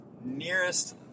nearest